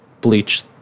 Bleach